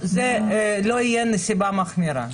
שם זו לא תהיה נסיבה מחמירה.